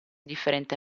differente